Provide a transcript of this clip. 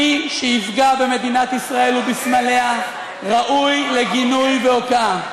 מי שיפגע במדינת ישראל ובסמליה ראוי לגינוי והוקעה.